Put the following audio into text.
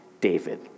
David